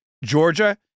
Georgia